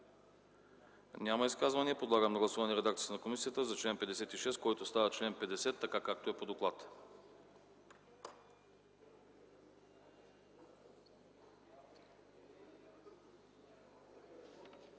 Няма. Подлагам на гласуване редакцията на комисията за чл. 55, който става чл. 49, както е по доклада.